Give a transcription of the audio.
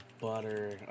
Butter